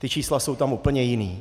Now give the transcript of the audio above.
Ta čísla jsou tam úplně jiná.